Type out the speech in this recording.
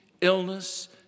illness